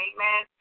Amen